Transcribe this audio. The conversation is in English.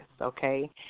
okay